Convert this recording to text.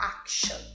action